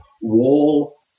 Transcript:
wall